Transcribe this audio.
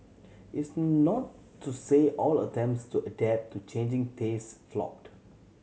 it's not to say all attempts to adapt to changing taste flopped